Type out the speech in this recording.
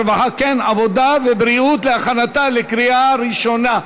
הרווחה והבריאות להכנתה לקריאה ראשונה.